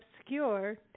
obscure